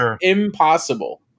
impossible